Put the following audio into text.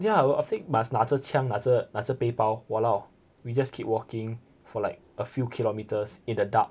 ya I think must 拿着枪拿着拿着背包 !walao! we just keep walking for like a few kilometres in the dark